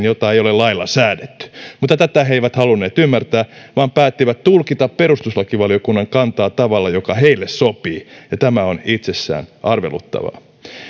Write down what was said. jota ei ole lailla säädetty mutta tätä he eivät halunneet ymmärtää vaan päättivät tulkita perustuslakivaliokunnan kantaa tavalla joka heille sopii ja tämä on itsessään arveluttavaa